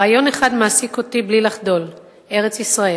רעיון אחד מעסיק אותי בלי לחדול, ארץ-ישראל.